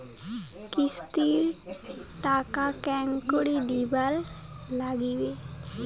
কিস্তির টাকা কেঙ্গকরি দিবার নাগীবে?